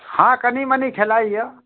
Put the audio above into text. हँ कनीमनी खेलाइए